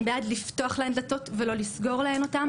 בעד לפתוח להן דלתות ולא לסגור להן אותן.